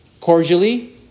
Cordially